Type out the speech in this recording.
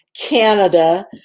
Canada